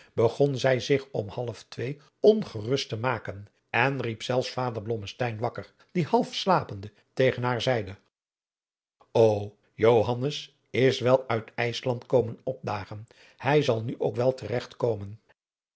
begon zij zich om half twee ongerust te maken en riep zelfs vader blommesteyn wakker die half slapende tegen haar zeide o johannes is wel uit ijsland komen opdagen hij zal nu ook wel